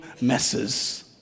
messes